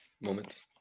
moments